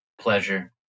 pleasure